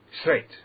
Straight